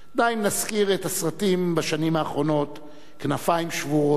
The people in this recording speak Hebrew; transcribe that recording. די אם נזכיר את הסרטים מהשנים האחרונות "כנפיים שבורות",